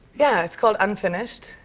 yeah. it's called unfinished.